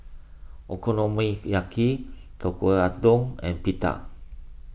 Okonomiyaki Tekkadon and Pita